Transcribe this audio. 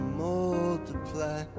multiply